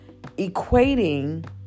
equating